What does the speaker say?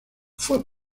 fue